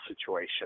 situation